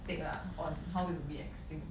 take lah on how we will be extinct